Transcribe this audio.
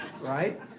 Right